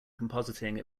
compositing